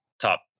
top